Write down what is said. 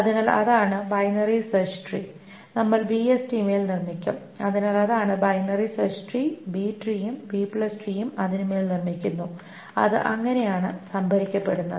അതിനാൽ അതാണ് binary search tree നമ്മൾ ബിഎസ്ടി മേൽ നിർമ്മിക്കും അതിനാൽ അതാണ് ബൈനറി സെർച്ച് ട്രീ ബി ട്രീയും ബി ട്രീയും B tree അതിനുമേൽ നിർമ്മിക്കുന്നു അത് അങ്ങനെയാണ് സംഭരിക്കപ്പെടുന്നത്